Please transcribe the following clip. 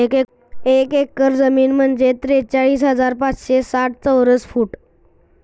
एक एकर जमीन म्हणजे त्रेचाळीस हजार पाचशे साठ चौरस फूट